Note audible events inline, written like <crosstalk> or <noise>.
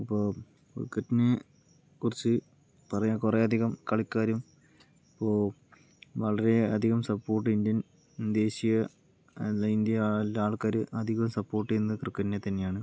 അപ്പോൾ ക്രിക്കറ്റിനെക്കുറിച്ച് പറയാൻ കുറേ അധികം കളിക്കാരും ഇപ്പോൾ വളരെ അധികം സപ്പോർട്ട് ഇന്ത്യൻ ദേശീയ അല്ലെങ്കിൽ <unintelligible> ആൾക്കാർ അധികം സപ്പോർട്ട് ചെയ്യുന്നത് ക്രിക്കറ്റിനെത്തന്നെയാണ്